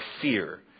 fear